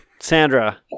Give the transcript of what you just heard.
Sandra